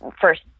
first